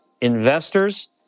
investors